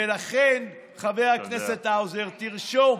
ולכן, חבר הכנסת האוזר, תרשום,